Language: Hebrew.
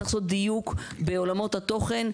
צריך לעשות דיוק בעולמות התוכן,